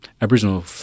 Aboriginal